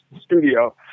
Studio